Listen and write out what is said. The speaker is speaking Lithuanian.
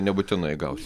nebūtinai gausi